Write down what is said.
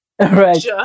Right